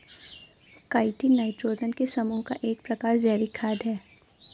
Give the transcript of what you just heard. chitin nitrogen के समूह का एक प्रकार का जैविक खाद है